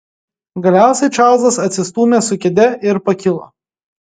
galiausiai čarlzas atsistūmė su kėde ir pakilo